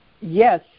yes